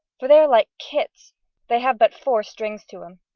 for they are like kits they have but four strings to em.